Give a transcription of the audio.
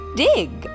dig